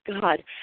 God